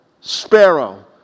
sparrow